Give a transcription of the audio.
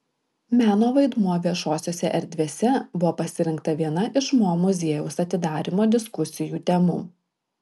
meno vaidmuo viešosiose erdvėse buvo pasirinkta viena iš mo muziejaus atidarymo diskusijų temų